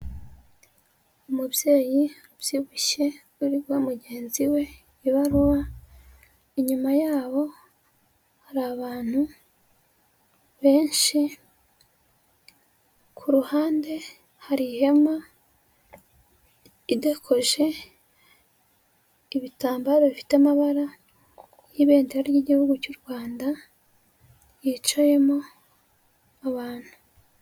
Umubyeyi ubyibushye, uri guha mugenzi we ibaruwa, inyuma yabo, hari abantu benshi, ku ruhande hari ihema, idakoje ibitambaro bifite amabara y'ibendera ry'igihugu cy'u Rwanda yicayemo abantu.